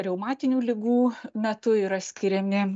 reumatinių ligų metu yra skiriami